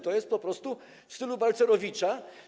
To jest po prostu w stylu Balcerowicza.